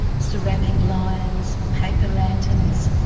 ceramic lions, paper lanterns,